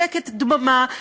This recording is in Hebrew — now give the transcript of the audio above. שקט דממה,